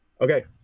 Okay